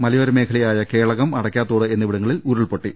മലയോര മേഖലയായ കേളകം അടക്കാതോട് എന്നിവിടങ്ങളിൽ ഉരുൾപൊട്ടി